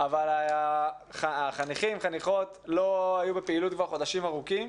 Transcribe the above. אבל החניכים והחניכות לא היו בפעילות כבר חודשים ארוכים,